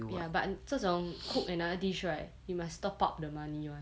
ya but 这种 cook another dish right you must top up the money [one]